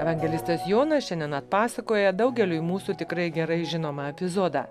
evangelistas jonas šiandien atpasakoja daugeliui mūsų tikrai gerai žinomą epizodą